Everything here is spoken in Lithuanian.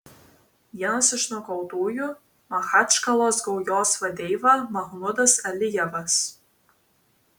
vienas iš nukautųjų machačkalos gaujos vadeiva mahmudas alijevas